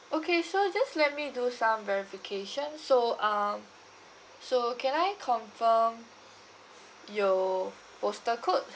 okay so just let me do some verification so um so can I confirm your poster code